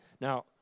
Now